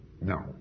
No